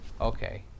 Okay